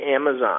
Amazon